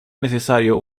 necesario